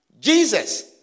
Jesus